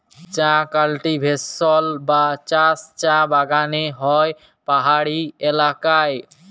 চাঁ কাল্টিভেশল বা চাষ চাঁ বাগালে হ্যয় পাহাড়ি ইলাকায়